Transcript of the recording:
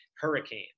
Hurricane